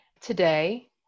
today